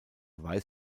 weiß